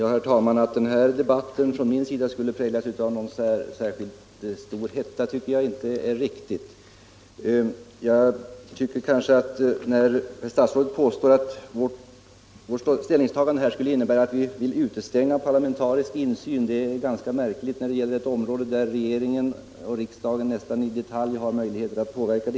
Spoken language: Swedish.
Herr talman! Au den här debatten från min sida skulle präglas av någon särskilt stor hetta tycker jag inte är riktigt. Statsrådets påstående att vårt ställningstagande här skulle innebära att vi vill utestänga parlamentarisk insyn är ganska märkligt när det gäller områden som regering och riksdag nästan i detalj har möjligheter att påverka.